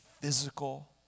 physical